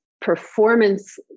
performance